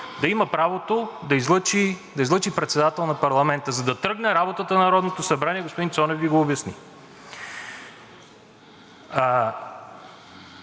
да има правото да излъчи председател на парламента, за да тръгне работата на Народното събрание. Господин Цонев Ви го обясни.